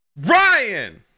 Ryan